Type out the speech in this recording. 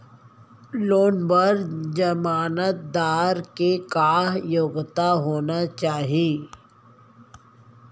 Loan बर जमानतदार के का योग्यता होना चाही?